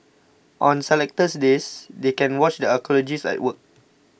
on selected days they can watch the archaeologists at work